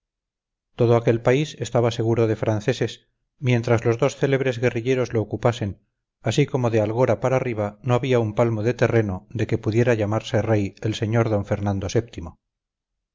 todo aquel país estaba seguro de franceses mientras los dos célebres guerrilleros lo ocupasen así como de algora para arriba no había un palmo de terreno de que pudiera llamarse rey el sr d fernando